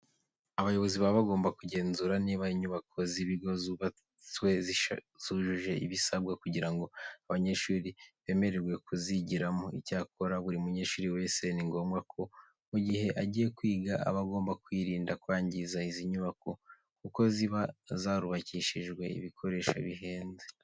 Abayobozi baba bagomba kugenzura niba inyubako z'ibigo zubatswe zujuje ibisabwa kugira ngo abanyeshuri bemererwe kuzigiramo. Icyakora buri munyeshuri wese ni ngombwa ko mu gihe agiye kwiga aba agomba kwirinda kwangiza izi nyubako kuko ziba zarubakishijwe ibikoresho bihenze.